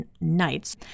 nights